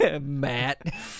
Matt